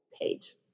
page